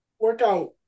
workout